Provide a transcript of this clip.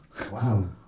Wow